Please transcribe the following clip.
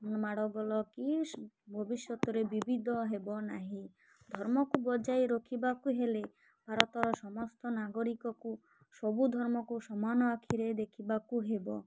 ମାଡ଼ଗୋଳ କି ଭବିଷ୍ୟତରେ ବିବିଧ ହେବ ନାହିଁ ଧର୍ମକୁ ବଜାଇ ରଖିବାକୁ ହେଲେ ଭାରତର ସମସ୍ତ ନାଗରିକକୁ ସବୁ ଧର୍ମକୁ ସମାନ ଆଖିରେ ଦେଖିବାକୁ ହେବ